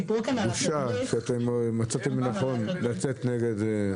דיברו כאן --- בושה שאתם מצאתם לנכון לצאת נגד,